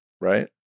right